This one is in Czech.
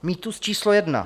Mýtus číslo 1.